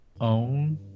own